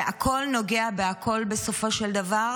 והכול נוגע בכול בסופו של דבר.